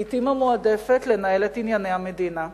לעתים המועדפת, לנהל את ענייני המדינה.